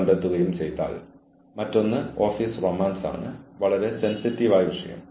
കൂടാതെ നിങ്ങൾക്ക് യഥാർത്ഥത്തിൽ ഈ പുസ്തകങ്ങളിലൂടെ കടന്നുപോകാം